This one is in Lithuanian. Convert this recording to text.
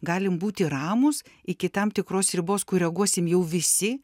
galim būti ramūs iki tam tikros ribos ku reaguosim jau visi